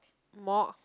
morph